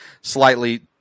slightly